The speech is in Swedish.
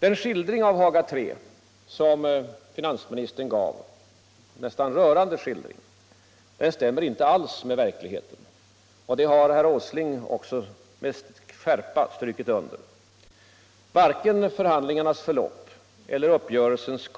Den nästan rörande skildring av Haga III som finansministern gav stämmer inte alls med verkligheten. Det har även herr Åsling med skärpa strukit under. Varken förhandlingarnas förlopp eller uppgörelsens